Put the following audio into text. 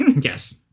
Yes